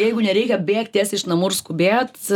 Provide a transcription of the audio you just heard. jeigu nereikia bėgt tiesiai iš namų ir skubėt